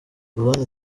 pologne